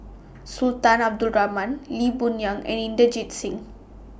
Sultan Abdul Rahman Lee Boon Yang and Inderjit Singh